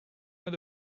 naar